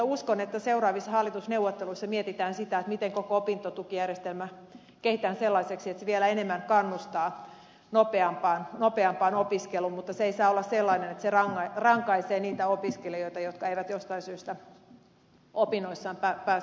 uskon että seuraavissa hallitusneuvotteluissa mietitään sitä miten koko opintotukijärjestelmä kehitetään sellaiseksi että se vielä enemmän kannustaa nopeampaan opiskeluun mutta se ei saa olla sellainen että se rankaisee niitä opiskelijoita jotka eivät jostain syystä opinnoissaan pääse etenemään